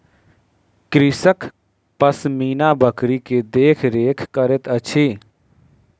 कृषक पश्मीना बकरी के देख रेख करैत अछि